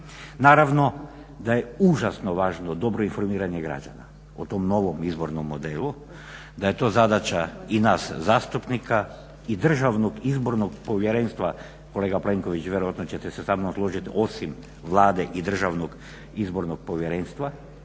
Naravno, da je užasno važno dobro informiranje građana o tom novom izbornom modelu, da je to zadaća i nas zastupnika i Državnog izbornog povjerenstva, kolega Plenković vjerojatno ćete se sa mnom složiti osim Vlade i DIP-a, ali i medija